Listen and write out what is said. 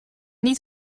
niet